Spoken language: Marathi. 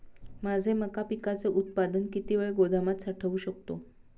माझे मका पिकाचे उत्पादन किती वेळ गोदामात साठवू शकतो?